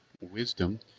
Wisdom